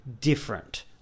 different